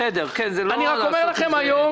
אני רק אומר לכם היום,